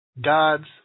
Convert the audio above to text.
God's